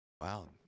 Wow